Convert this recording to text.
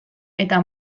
eta